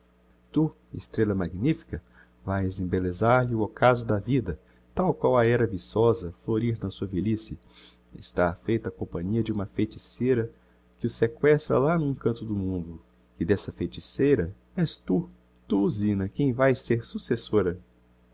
tu estrella magnifica vaes embellezar lhe o occaso da vida tal qual a hera viçosa florir na sua velhice está afeito á companhia de uma feiticeira que o sequestra lá n'um canto do mundo e d'essa feiticeira és tu tu zina quem vaes ser successora